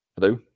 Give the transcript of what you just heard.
hello